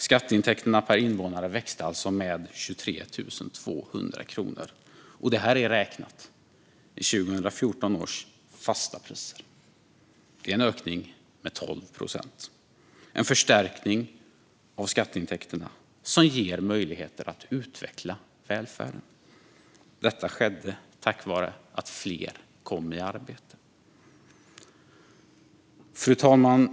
Skatteintäkterna per invånare växte alltså med 23 200 kronor, och detta är räknat i 2014 års fasta priser. Det är en ökning med 12 procent och en förstärkning av skatteintäkterna som ger möjligheter att utveckla välfärden. Detta skedde tack vare att fler kom i arbete. Fru talman!